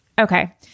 Okay